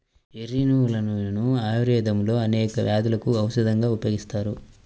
వెర్రి నువ్వుల నూనెను ఆయుర్వేదంలో అనేక వ్యాధులకు ఔషధంగా ఉపయోగిస్తారు